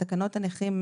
תקנות הנכים,